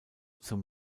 zum